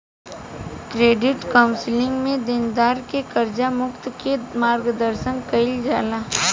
credit counselling में देनदार के कर्ज मुक्त के मार्गदर्शन कईल जाला